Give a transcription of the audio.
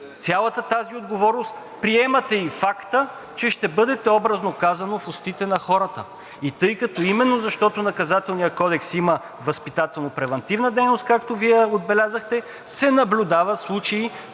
цялата тази отговорност, приемате и факта, че ще бъдете, образно казано, в устите на хората. И тъй като именно защото Наказателният кодекс има възпитателно-превантивна дейност, както Вие отбелязахте, се наблюдават случаи,